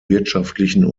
wirtschaftlichen